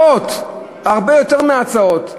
ההצעות, הרבה יותר מהצעות לשינויים,